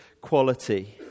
quality